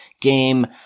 game